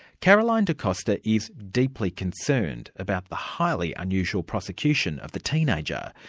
caroline de costa is deeply concerned about the highly unusual prosecution of the teenager,